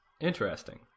Interesting